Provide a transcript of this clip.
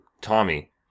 Tommy